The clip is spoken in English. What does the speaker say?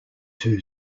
two